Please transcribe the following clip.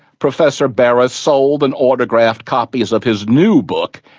professor berra sold and autographed copies of his new book,